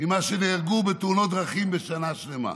ממה שנהרגו בתאונות דרכים בשנה שלמה,